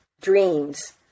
dreams